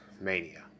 Mania